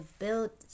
build